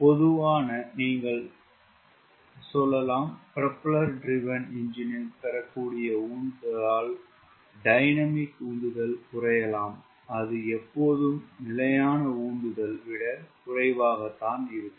பொதுவாக நீங்கள் சொல்லலாம் ப்ரொபெல்லர் திரிவேன் என்ஜினில் பெறக்கூடிய உந்துதலால் டைனமிக் உந்துதல் குறையலாம் அது எப்போதும் நிலையான உந்துதல் விட குறைவாகதான் இருக்கும்